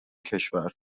کشور